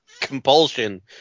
compulsion